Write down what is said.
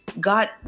God